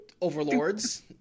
overlords